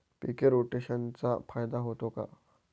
पीक रोटेशनचा फायदा होतो का?